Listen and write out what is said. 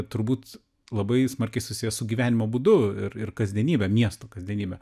turbūt labai smarkiai susiję su gyvenimo būdu ir ir kasdienybe miesto kasdienybe